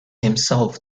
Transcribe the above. himself